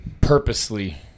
purposely